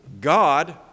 God